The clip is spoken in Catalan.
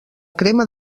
crema